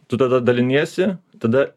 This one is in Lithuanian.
tu tada daliniesi tada